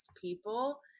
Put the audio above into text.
people